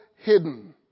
hidden